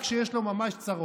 רק כשיש לו ממש צרות.